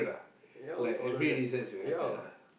ya always order that ya